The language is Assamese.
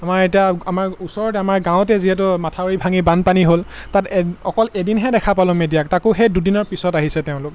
আমাৰ এতিয়া আমাৰ ওচৰতে আমাৰ গাঁৱতেই যিহেতু মথাউৰি ভাঙি বানপানী হ'ল তাত অকল এদিনহে দেখা পালোঁ মিডিয়াক তাকো সেই দুদিনৰ পিছত আহিছে তেওঁলোক